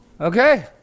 Okay